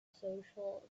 social